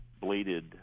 bladed